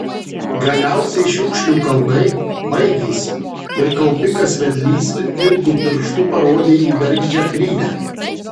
galiausiai šiukšlių kalnai baigėsi ir kaupikas vedlys ilgu pirštu parodė į bergždžią plynę